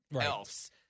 else